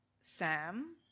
Sam